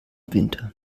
winter